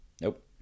nope